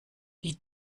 die